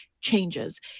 changes